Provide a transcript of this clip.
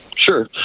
Sure